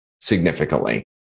significantly